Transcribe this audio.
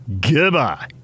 goodbye